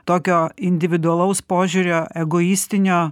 tokio individualaus požiūrio egoistinio